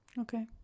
okay